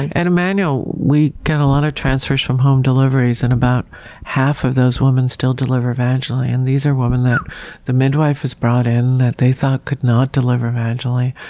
at emmanuel, we get a lot of transfers from home deliveries, and about half of those women still deliver vaginally. and these are women that the midwife has brought in, that they thought could not deliver vaginally,